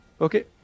Okay